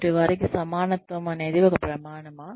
తోటివారికి సమానత్వం అనేది ఒక ప్రమాణమా